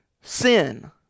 sin